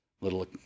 little